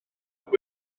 hedd